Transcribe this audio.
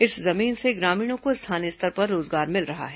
इस जमीन से ग्रामीणों को स्थानीय स्तर पर रोजगार मिल रहा है